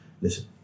Listen